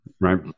right